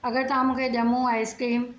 अगरि तहां मूंखे ॼम्मूं आईस क्रीम